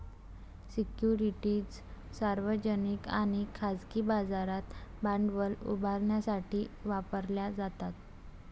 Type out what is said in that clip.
securities सार्वजनिक आणि खाजगी बाजारात भांडवल उभारण्यासाठी वापरल्या जातात